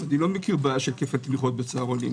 לא מכיר בעיה של היקפי תמיכות בצהרונים.